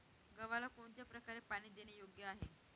गव्हाला कोणत्या प्रकारे पाणी देणे योग्य आहे?